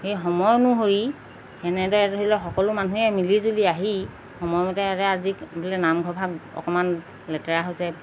সেই সময় অনুসৰি তেনেদৰে ধৰি লওক সকলো মানুহে মিলিজুলি আহি সময়মতে এটা আজি বোলে নামঘৰ ভাগ অকণমান লেতেৰা হৈছে